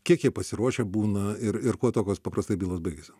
kiek jie pasiruošę būna ir ir kuo tokios paprastai bylos baigiasi